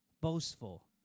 boastful